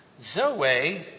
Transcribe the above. zoe